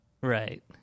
right